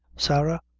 sarah,